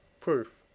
PROOF